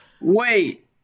Wait